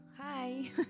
Hi